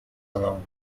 along